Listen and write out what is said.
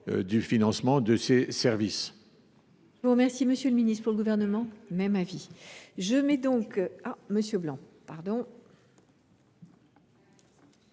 au financement des services